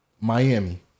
Miami